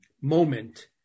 moment